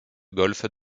golfe